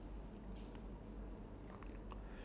or like what advice would you give yourself